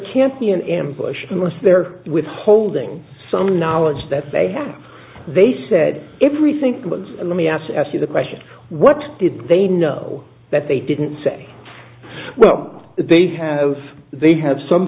ambush unless they're withholding some knowledge that they have they said everything let me ask you the question what did they know that they didn't say well they have they have some